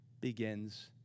begins